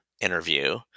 interview